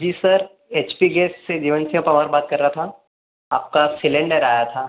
जी sir H P gas से जीवंशिया पंवार बात कर रहा था आपका सिलेंडर आया था